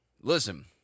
Listen